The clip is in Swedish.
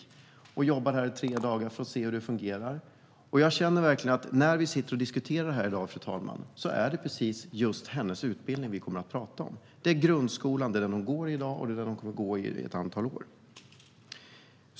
Hon jobbar här i tre dagar för att se hur det fungerar. Jag känner verkligen att när vi står och diskuterar detta i dag, fru talman, är det just hennes utbildning vi kommer att tala om. Det är grundskolan - den hon går i i dag, och den hon kommer att gå i i ett antal år.